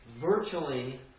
virtually